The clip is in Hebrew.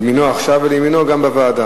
לימינו עכשיו ולימינו גם בוועדה.